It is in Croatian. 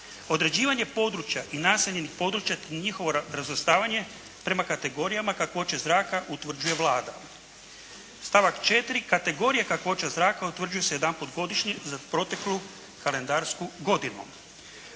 Određivanje područja i naseljenih područja, te njihovo razvrstavanje prema kategorijama kakvoće zraka utvrđuje Vlada. Stavak 4. kategorije kakvoća zraka utvrđuje se jedanput godišnje za proteklu kalendarsku godinu.